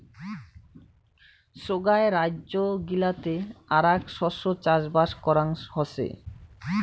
সোগায় রাইজ্য গিলাতে আরাক শস্য চাষবাস করাং হসে